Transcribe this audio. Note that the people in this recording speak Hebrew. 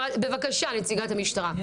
בבקשה נציגת המשטרה.